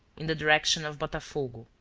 in the direction of botafogo,